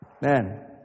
Man